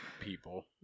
People